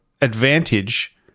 advantage